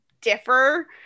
differ